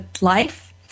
life